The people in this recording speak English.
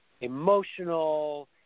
emotional